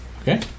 Okay